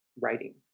writing